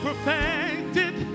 perfected